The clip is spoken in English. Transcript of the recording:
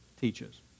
teaches